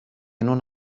non